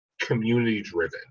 community-driven